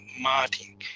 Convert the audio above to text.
Martin